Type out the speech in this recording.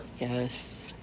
Yes